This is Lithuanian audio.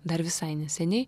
dar visai neseniai